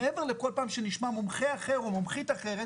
מעבר לזה שכל פעם נשמע מומחה או מומחית אחרת,